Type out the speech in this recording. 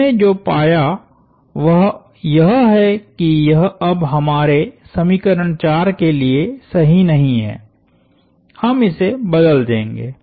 हमने जो पाया वह यह है कि यह अब हमारे समीकरण 4 के लिए सही नहीं है हम इसे बदल देंगे